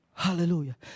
Hallelujah